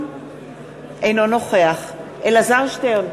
אינו נוכח אלעזר שטרן,